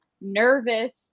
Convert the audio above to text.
nervous